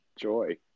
joy